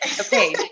okay